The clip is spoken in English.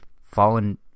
Fallen